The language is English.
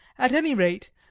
at any rate,